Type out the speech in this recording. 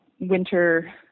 winter